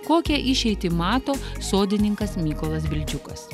kokią išeitį mato sodininkas mykolas bildžiukas